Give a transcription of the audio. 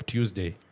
Tuesday